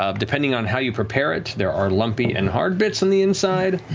ah depending on how you prepare it, there are lumpy and hard bits in the inside.